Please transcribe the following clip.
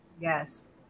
Yes